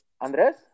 Andres